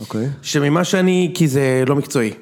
אוקיי. שממה שאני, כי זה לא מקצועי.